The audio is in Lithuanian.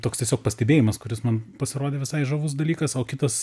toks tiesiog pastebėjimas kuris man pasirodė visai žavus dalykas o kitas